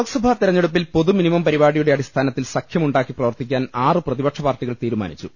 ലോക്സഭാ തെരഞ്ഞെടുപ്പിൽ പൊതുമിനിമം പരിപാടിയുടെ അടിസ്ഥാ നത്തിൽ സഖ്യമുണ്ടാക്കി പ്രവർത്തിക്കാൻ ആറു പ്രതിപക്ഷ പാർട്ടികൾ തീരുമാ നിച്ചു